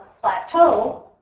Plateau